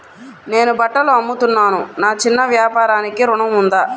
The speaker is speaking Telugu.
నేను బట్టలు అమ్ముతున్నాను, నా చిన్న వ్యాపారానికి ఋణం ఉందా?